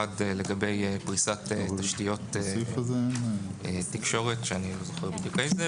האחד הוא לגבי פריסת תשתיות תקשורת שאני לא אתייחס לזה,